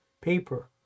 paper